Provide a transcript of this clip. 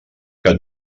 que